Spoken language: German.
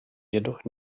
jedoch